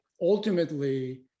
ultimately